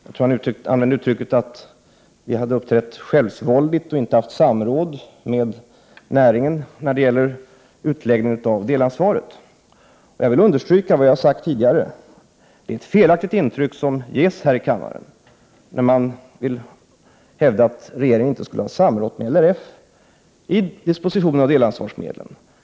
Jag tror att han använde uttrycket att vi hade uppträtt självsvåldigt och inte haft samråd med näringen i fråga om utläggningen av delansvaret. Jag vill understryka vad jag har sagt tidigare, att det är ett felaktigt intryck som ges här i kammaren, när man hävdar att regeringen inte skulle ha samrått med LRF om dispositionen av delansvarsmedlen.